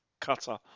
cutter